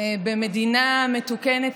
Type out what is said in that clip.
במדינה מתוקנת,